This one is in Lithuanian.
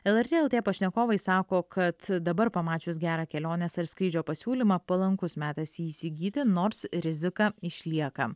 lrt laidoje pašnekovai sako kad dabar pamačius gerą kelionės ar skrydžio pasiūlymą palankus metas jį įsigyti nors rizika išlieka